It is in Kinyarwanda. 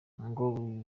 ngo